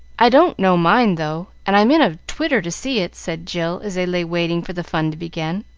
i don't know mine, though, and i'm in a twitter to see it, said jill, as they lay waiting for the fun to begin.